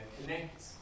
connect